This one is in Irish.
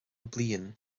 bliain